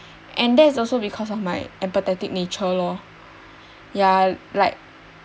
and there is also because of my empathetic nature lor ya like